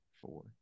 four